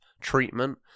treatment